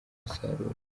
basarura